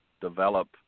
develop